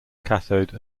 cathode